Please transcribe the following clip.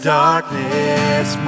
darkness